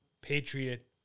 patriot